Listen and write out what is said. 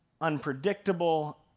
unpredictable